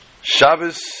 Shabbos